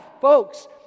folks